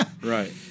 Right